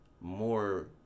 more